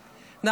לשווא.